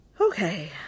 Okay